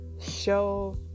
Show